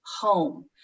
home